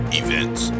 events